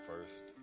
first